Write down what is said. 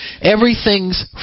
Everything's